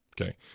okay